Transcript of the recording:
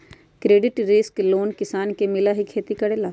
कृषि credit loan किसान के मिलहई खेती करेला?